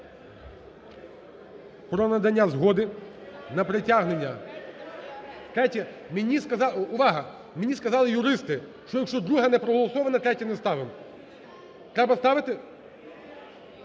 про надання згоди на притягнення... (Шум в залі) Третє? Мені сказали... Увага! Мені сказали юристи, що якщо друге не проголосоване – третє не ставимо. Треба ставити?